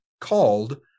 called